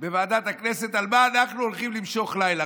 בוועדת הכנסת על מה אנחנו הולכים למשוך לילה,